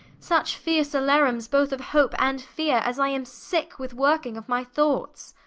such fierce alarums both of hope and feare, as i am sicke with working of my thoughts.